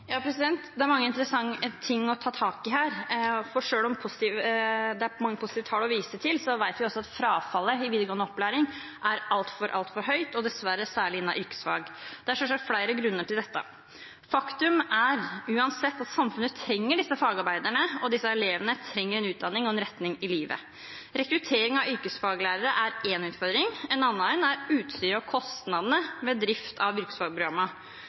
Det er mye interessant å ta tak i her. Selv om det er mange positive tall å vise til, vet vi også at frafallet i videregående opplæring er altfor høyt, og dessverre særlig innen yrkesfag. Det er selvsagt flere grunner til det. Faktum er uansett at samfunnet trenger disse fagarbeiderne, og disse elevene trenger en utdanning og en retning i livet. Rekruttering av yrkesfaglærere er én utfordring, en annen er utstyret og kostnadene ved drift av